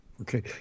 Okay